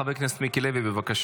חבר הכנסת מיקי לוי, בבקשה.